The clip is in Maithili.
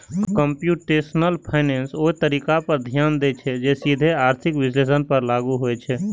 कंप्यूटेशनल फाइनेंस ओइ तरीका पर ध्यान दै छै, जे सीधे आर्थिक विश्लेषण पर लागू होइ छै